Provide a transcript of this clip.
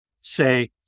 say